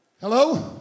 Hello